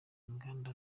inganda